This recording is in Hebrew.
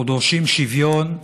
אנחנו דורשים שוויון,